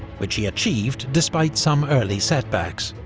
which he achieved despite some early setbacks.